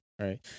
Right